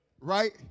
Right